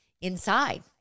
inside